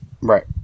Right